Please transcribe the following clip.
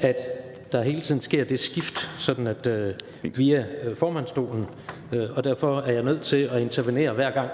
at der hele tiden sker det skift via formandsstolen. Derfor er jeg nødt til at intervenere hver gang,